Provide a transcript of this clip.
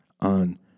on